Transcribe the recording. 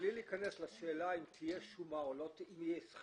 בלי להיכנס לשאלה אם תהיה שומה או לא תהיה שומה,